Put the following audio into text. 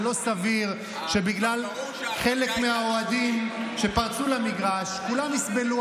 ולא סביר שבגלל חלק מהאוהדים שפרצו למגרש כולם יסבלו,